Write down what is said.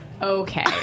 Okay